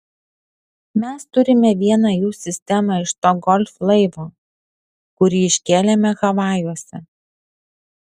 mes turime vieną jų sistemą iš to golf laivo kurį iškėlėme havajuose